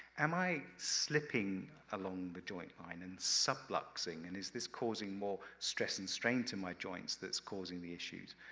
am i slipping along the joint line and subluxing, and is this causing more stress and strain to my joints, that's causing the issues?